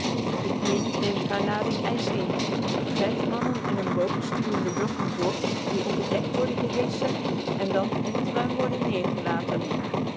the queen neemt hare lading ijs in vijf mannen in een boot stuwen de blokken voort die op het dek worden geheschen en dan in het ruim worden